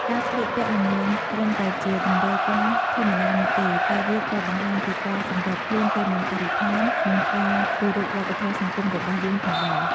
ការស្លៀកពាក់មិនមែនត្រឹមតែជាតម្រូវការធម្មតានោះទេ តែវាក៏បង្ហាញពីការសម្របខ្លួនទៅនឹងបរិស្ថាន និងការគោរពវប្បធម៌សង្គមរបស់យើងផងដែរ។